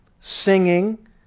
singing